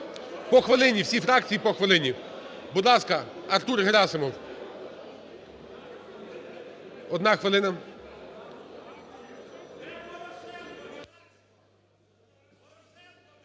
По хвилині. Всі фракції по хвилині. Будь ласка, Артур Герасимов, одна хвилина.